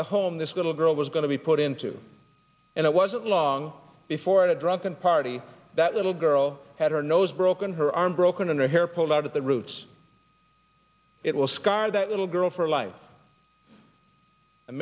the home this little girl was going to be put into and it wasn't long before a drunken party that little girl had her nose broken her arm broken and her hair pulled out at the roots it will scar that little girl for life i